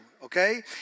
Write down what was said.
Okay